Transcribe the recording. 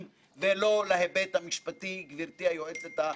ולא להיבט המשפטי גברתי היועצת המשפטית,